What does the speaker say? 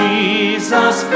Jesus